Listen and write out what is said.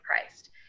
Christ